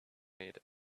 made